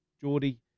Geordie